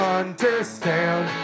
understand